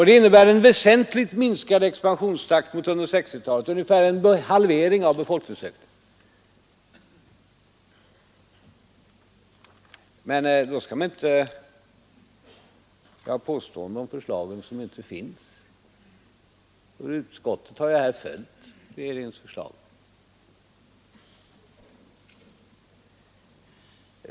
Det innebär en väsentligt minskad expansionstakt jämfört med 1960-talet — ungefär en halvering av befolkningsökningen. Men då skall man inte göra påståenden om förslaget som inte finns. Utskottet har här följt regeringens förslag.